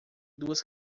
duas